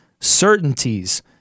certainties